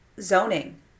zoning